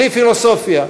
בלי פילוסופיה,